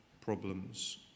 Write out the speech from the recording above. problems